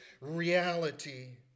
reality